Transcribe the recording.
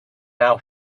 now